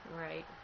Right